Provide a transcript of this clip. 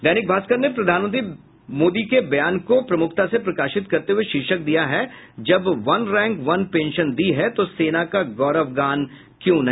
दैनिक भास्कर ने प्रधानमंत्री मोदी के बयान को प्रमुखता से प्रकाशित करते हुये शीर्षक दिया है जब वन रैंक वन पेंशन दी है तो सेना का गौरव गान क्यों नहीं